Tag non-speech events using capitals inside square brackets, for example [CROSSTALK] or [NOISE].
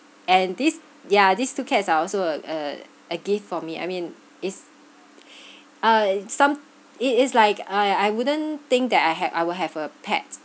and this ya these two cats are also a a a gift for me I mean it's [BREATH] uh some it is like I I wouldn't think that I had I will have a pet